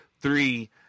Three